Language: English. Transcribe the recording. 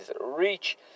reach